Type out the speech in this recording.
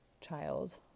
child